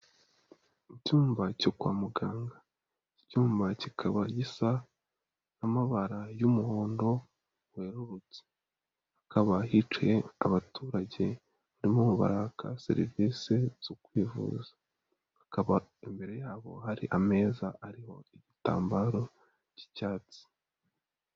iIcyumba cyo kwa muganga, iki cyumba kikaba gisa n'amabara y'umuhondo wererutse, hakaba hicaye abaturage barimo baraka serivisi zo kwivuza, hakaba imbere yabo hari ameza ariho igitambaro cy'icyatsi.